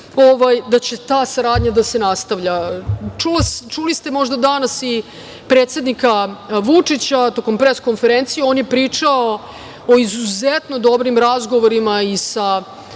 da će ta saradnja da se nastavlja. Čuli ste danas i predsednika Vučića tokom pres konferencije. On je pričao o izuzetno dobrim razgovorima sa